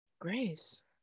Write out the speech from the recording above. Grace